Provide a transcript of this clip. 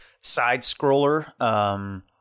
side-scroller